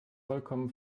vollkommen